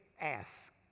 ask